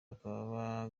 bakaba